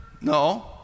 No